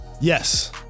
Yes